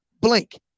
blink